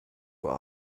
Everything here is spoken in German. uhr